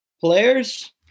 players